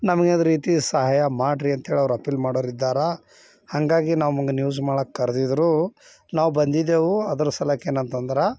ನಮ್ಗದು ರೀತಿ ಸಹಾಯ ಮಾಡ್ರಿ ಅಂತ್ಹೇಳಿ ಅವ್ರು ಅಪೀಲ್ ಮಾಡೋರು ಇದ್ದಾರೆ ಹಂಗಾಗಿ ನಮ್ಗೆ ನ್ಯೂಸ್ ಮಾಡೋಕ್ಕೆ ಕರೆದಿದ್ರು ನಾವು ಬಂದಿದ್ದೇವೆ ಅದರ ಸಲಕೆ ಏನಂತಂದ್ರೆ